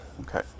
Okay